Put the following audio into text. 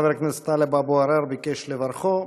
חבר הכנסת טלב אבו עראר ביקש לברכו.